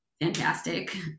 fantastic